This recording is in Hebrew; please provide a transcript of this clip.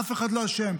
אף אחד לא אשם.